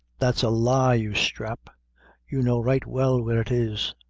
that's a lie, you sthrap you know right well where it is.